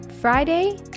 friday